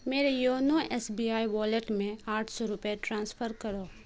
میرے YONO S B I wallet میں آٹھ سو روپے ٹرانسفر کرو